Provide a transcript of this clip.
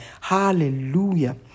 Hallelujah